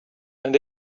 and